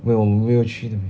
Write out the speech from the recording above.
wait 我没有去